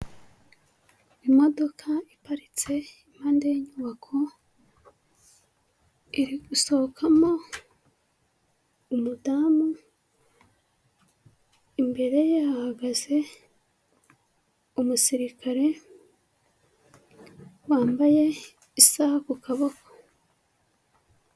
Imodoka iparitse impande y'inyubako, iri gusohokamo umudamu, imbere ye hahagaze umusirikare wambaye isaha ku kaboko.